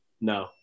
No